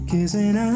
Kissing